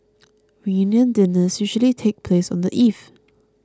reunion dinners usually take place on the eve